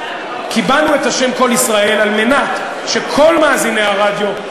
קיבלנו את השם "קול ישראל" על מנת שכל מאזיני הרדיו,